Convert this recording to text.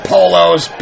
Polo's